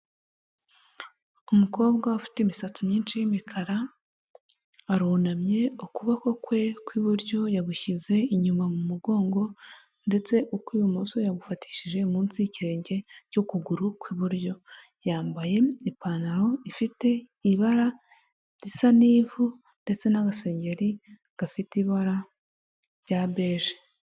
Umukobwa ufite imisatsi myinshi y'imikara arunamye, ukuboko kwe kwi'iburyo yagushyize inyuma mu mugongo ndetse ukw'ibumoso yagufatishije munsi y'ikirenge cy'ukuguru kw'iburyo, yambaye ipantaro ifite ibara risa n'ivu ndetse n'agasengeri gafite ibara rya beje.